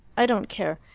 i don't care.